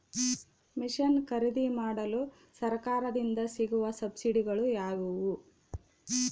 Mission ಖರೇದಿಮಾಡಲು ಸರಕಾರದಿಂದ ಸಿಗುವ ಸಬ್ಸಿಡಿಗಳು ಯಾವುವು?